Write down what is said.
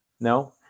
No